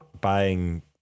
buying